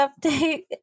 update